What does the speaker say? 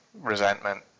resentment